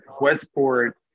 Westport